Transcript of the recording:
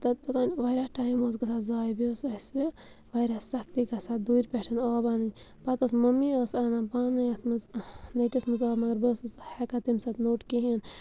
تہٕ توٚتام واریاہ ٹایم اوس گژھان زایہِ بیٚیہِ ٲس اَسہِ واریاہ سَختی گژھان دوٗرِ پٮ۪ٹھ آب اَنٕنۍ پَتہٕ ٲس مٔمی ٲس اَنان پانَے یتھ مَنٛز نٔٹِس منٛز آب مگر بہٕ ٲسٕس ہٮ۪کان تمہِ ساتہٕ نوٚٹ کِہیٖنۍ